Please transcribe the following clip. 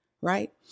right